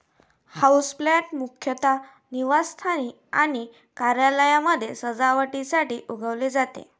houseplant मुख्यतः निवासस्थान आणि कार्यालयांमध्ये सजावटीसाठी उगवले जाते